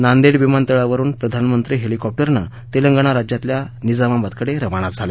नांदेड विमानतळावरुन प्रधानमंत्री हेलिकॉप्टरने तेलंगणा राज्यातील निजामाबादकडे रवाना झाले